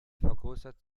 vergrößert